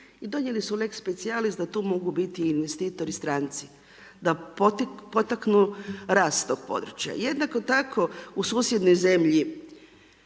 i donijeli su lex specijalis da tu mogu biti investitori stranci da potaknu rast tog područja. Jednako tako u susjednoj zemlji,